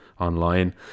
online